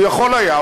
הוא יכול היה,